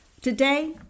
Today